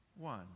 one